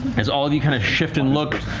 as all of you kind of shift and look,